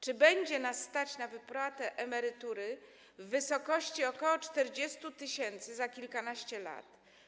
Czy będzie nas stać na wypłatę emerytury w wysokości ok. 40 tys. za kilkanaście lat?